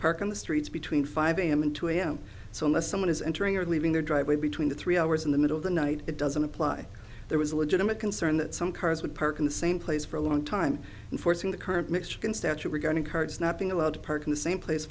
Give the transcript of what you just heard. park on the streets between five am and two am so unless someone is entering or leaving their driveway between the three hours in the middle of the night it doesn't apply there was a legitimate concern that some cars would park in the same place for a long time and forcing the current mexican statute regarding cards not being allowed to park in the same place